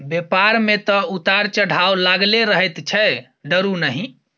बेपार मे तँ उतार चढ़ाव लागलै रहैत छै डरु नहि